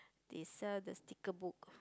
they sell the sticker book